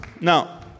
Now